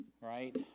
right